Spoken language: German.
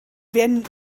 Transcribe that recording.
werden